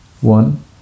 one